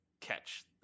catch